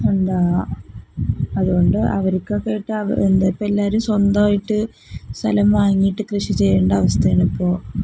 എന്താണ് അതുകൊണ്ട് അവർക്ക് ആകട്ടെ എന്താണ് ഇപ്പം എല്ലാവരും സ്വന്തമായിട്ട് സ്ഥലം വാങ്ങിയിട്ട് കൃഷി ചെയ്യേണ്ട അവസ്ഥയാണ് ഇപ്പോൾ